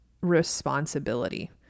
responsibility